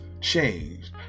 changed